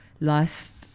last